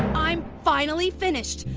i'm finally finished!